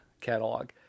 catalog